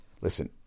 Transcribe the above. Listen